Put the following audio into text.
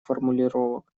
формулировок